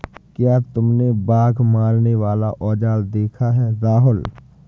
क्या तुमने बाघ मारने वाला औजार देखा है राहुल?